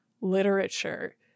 literature